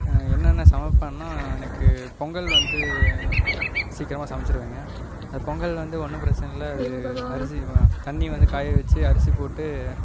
என்னென்ன சமைப்பேன்னா எனக்கு பொங்கல் வந்து சீக்கிரமாக சமைச்சிருவேன்ங்க அது பொங்கல் வந்து ஒன்றும் பிரச்சனை இல்லை அது அரிசி தண்ணி வந்து காய வச்சு அரிசி போட்டு